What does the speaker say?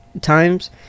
times